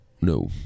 No